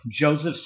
Joseph